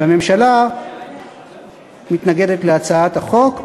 הממשלה מתנגדת להצעת החוק,